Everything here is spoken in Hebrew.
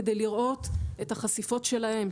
כדי לראות את החשיפות שלהם,